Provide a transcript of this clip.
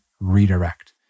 redirect